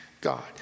God